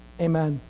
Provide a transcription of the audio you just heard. Amen